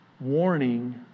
warning